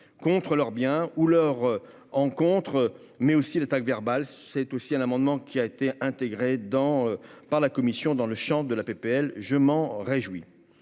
contre leurs biens ou leur encontre mais aussi l'attaque verbale, c'est aussi un amendement qui a été intégrée dans par la Commission dans le Champ de la PPL, je m'en réjouis,